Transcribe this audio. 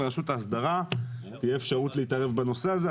לרשות ההסדרה תהיה אפשרות להתערב בנושא הזה.